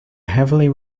heavily